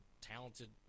talented